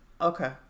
okay